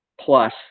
plus